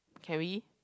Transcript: can we